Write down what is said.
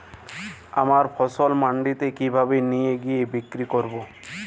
আমার ফসল মান্ডিতে কিভাবে নিয়ে গিয়ে বিক্রি করব?